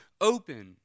open